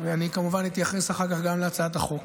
ואני כמובן אתייחס אחר כך גם להצעת החוק.